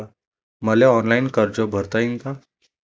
मले ऑनलाईन कर्ज भरता येईन का?